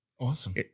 Awesome